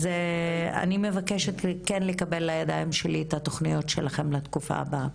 אז אני מבקשת לקבל לידיים שלי את התוכניות שלכם לתקופה הבאה.